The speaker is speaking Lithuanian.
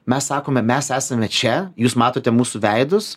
mes sakome mes esame čia jūs matote mūsų veidus